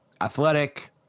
athletic